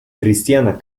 cristiana